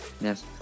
yes